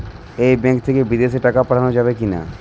এই ব্যাঙ্ক থেকে বিদেশে টাকা পাঠানো যাবে কিনা?